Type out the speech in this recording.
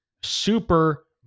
super